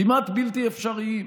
כמעט בלתי אפשריים,